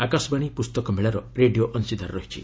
ଆକାଶବାଣୀ ପୁସ୍ତକମେଳାର ରେଡ଼ିଓ ଅଂଶୀଦାର ରହିଛି